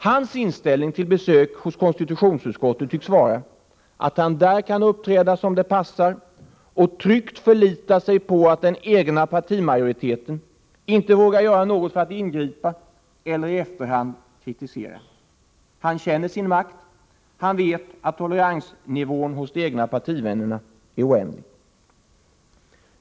Hans inställning till besök hos konstitutionsutskottet tycks vara att han där kan uppträda som det passar och tryggt förlita sig på att den egna partimajoriteten inte vågar göra något för att ingripa eller i efterhand kritisera. Han känner sin makt, han vet att toleransen hos de egna partivännerna är oändlig.